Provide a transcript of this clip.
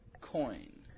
Coin